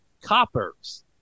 Coppers